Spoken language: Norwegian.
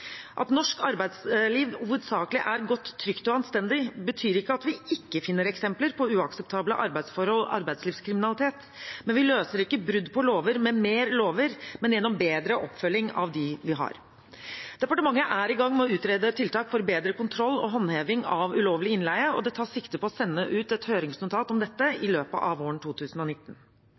At norsk arbeidsliv hovedsakelig er godt, trygt og anstendig, betyr ikke at vi ikke finner eksempler på uakseptable arbeidsforhold og arbeidslivskriminalitet, men vi løser ikke brudd på lover med flere lover, men vi gjør det gjennom bedre oppfølging av dem vi har. Departementet er i gang med å utrede tiltak for bedre kontroll og håndheving av ulovlig innleie, og det tas sikte på å sende ut et høringsnotat om dette i løpet av våren 2019.